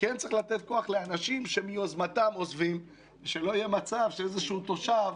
וכן צריך לתת כוח לאנשים שמיוזמתם עוזבים ושלא יהיה מצב שאיזשהו תושב,